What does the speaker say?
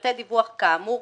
בפרטי דיווח כאמור,